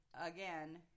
Again